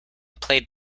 played